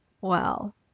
Well